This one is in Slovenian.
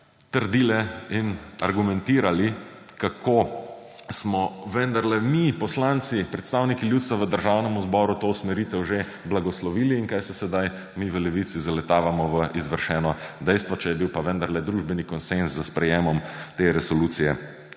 trdili in argumentirali, kako smo vendarle mi, poslanci, predstavniki ljudstva v Državnem zboru to usmeritev že blagoslovili in kaj se sedaj mi v Levici zaletavamo v izvršeno dejstvo, če je bil pa vendarle družbeni konsenz s sprejemom te resolucije